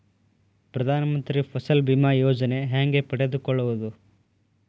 ಪ್ರಧಾನ ಮಂತ್ರಿ ಫಸಲ್ ಭೇಮಾ ಯೋಜನೆ ಹೆಂಗೆ ಪಡೆದುಕೊಳ್ಳುವುದು?